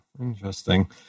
Interesting